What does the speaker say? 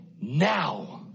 now